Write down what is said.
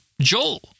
Joel